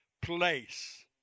Place